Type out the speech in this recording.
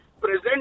present